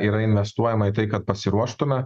yra investuojama į tai kad pasiruoštume